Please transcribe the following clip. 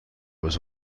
was